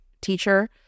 teacher